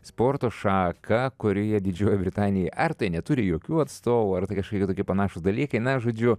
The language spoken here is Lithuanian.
sporto šaką kurioje didžioji britanija ar tai neturi jokių atstovų ar kažkokių tokie panašūs dalykai na žodžiu